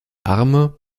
arme